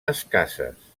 escasses